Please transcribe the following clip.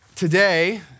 Today